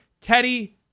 Teddy